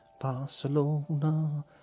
Barcelona